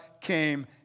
came